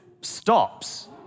stops